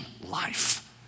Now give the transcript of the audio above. life